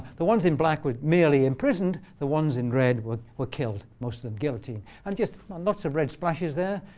the ones in black were merely imprisoned. the ones in red were were killed, most of them guillotine. and and lots of red splashes there,